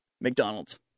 McDonald's